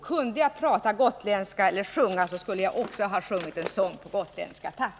Kunde jag prata gotländska eller sjunga skulle jag också ha sjungit en sång på gotländska. Tack!